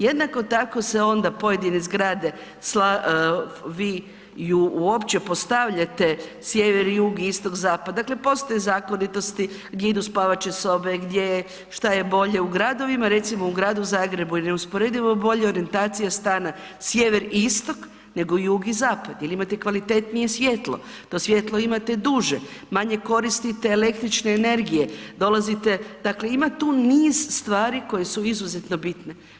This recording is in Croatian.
Jednako tako se onda pojedine zgrade, vi ju uopće postavljate, sjever, jug, istok, zapad, dakle postoje zakonitosti gdje idu spavaće sobe, šta je bolje u gradovima, recimo u gradu Zagrebu je neusporedivo bolje orijentacija stana sjever-istok nego jug i zapad jer imate kvalitetnije svjetlo, to svjetlo imate duže, manje koristite električne energije, dakle ima tu niz stvari koje su izuzetno bitne.